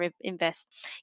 invest